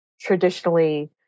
traditionally